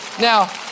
Now